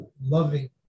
loving